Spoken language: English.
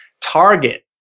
Target